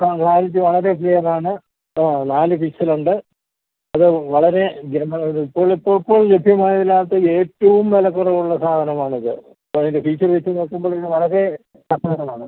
ആ ക്ലാരിറ്റി വളരെ ക്ലിയർ ആണ് ആ നാല് പിക്സൽ ഉണ്ട് അത് വളരെ ഗുണങ്ങളോടും ഉള്ള പോകോ ലഭ്യമായ കാലത്ത് ഏറ്റവും വില കുറവുള്ള സാധനമാണിത് അതിൻ്റെ ഫീച്ചർ വെച്ച് നോക്കുമ്പോൾ ഇത് വളരെ ആ കുറവാണ്